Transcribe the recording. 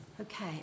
Okay